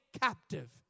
captive